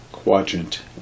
quadrant